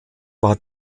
war